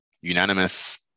unanimous